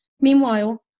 Meanwhile